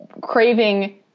craving